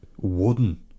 wooden